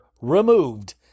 removed